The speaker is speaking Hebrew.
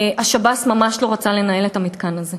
השב"ס ממש לא רצה לנהל את המתקן הזה.